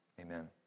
Amen